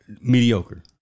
Mediocre